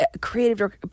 creative